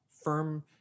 firm